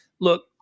look